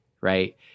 right